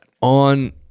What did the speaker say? On